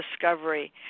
discovery